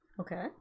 Okay